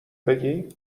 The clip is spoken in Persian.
بگی